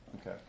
Okay